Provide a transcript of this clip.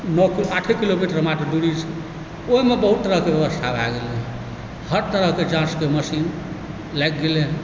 आठे किलोमीटर मात्र दूरी छै ओहिमे बहुत तरहकेँ व्यवस्था भए गेलै हँ हर तरहके जाँचके मशीन लागि गेलै हँ